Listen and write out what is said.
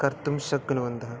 कर्तुं शक्नुवन्तः